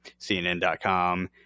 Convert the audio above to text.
CNN.com